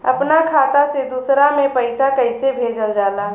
अपना खाता से दूसरा में पैसा कईसे भेजल जाला?